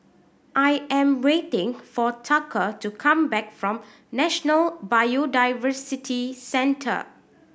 I am waiting for Tucker to come back from National Biodiversity Centre